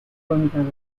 contador